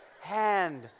hand